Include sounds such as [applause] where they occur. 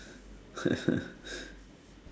[laughs]